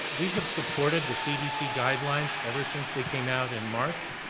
we have supported the cdc guidelines ever since they came out in march.